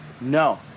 no